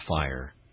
fire